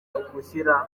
ugushyira